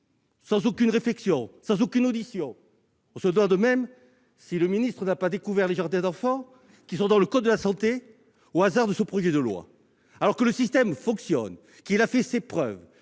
sans aucune réflexion, sans aucune audition. On se demande même si le ministre n'a pas découvert les jardins d'enfants, qui sont dans le code de la santé publique, au hasard de ce projet de loi. Monsieur le ministre, ce système fonctionne et a fait ses preuves.